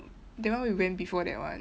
that one we went before that one